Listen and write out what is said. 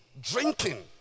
drinking